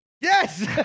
Yes